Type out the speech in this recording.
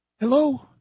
Hello